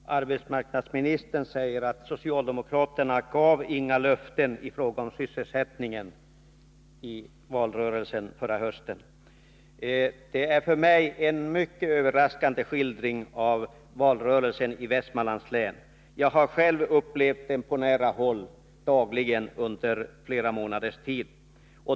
Herr talman! Arbetsmarknadsministern säger att socialdemokraterna inte gav några löften i fråga om sysselsättningen i valrörelsen under förra hösten. Det är för mig en mycket överraskande skildring av valrörelsen i Västmanlands län. Jag upplevde den själv dagligen på nära håll under flera månaders tid.